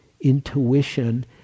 intuition